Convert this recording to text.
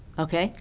okay.